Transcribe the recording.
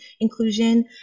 inclusion